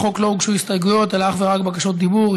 לחוק לא הוגשו הסתייגויות אלא אך ורק בקשות הדיבור.